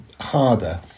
harder